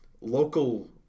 local